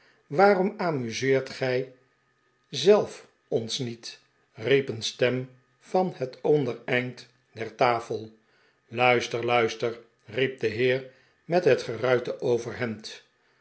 waarom amuseert gij zelf ons niet riep een stem van het ondereind der tafel luister luister riep de heer met het geruite overhemd